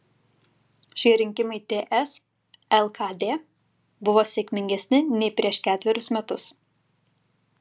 šie rinkimai ts lkd buvo sėkmingesni nei prieš ketverius metus